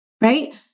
Right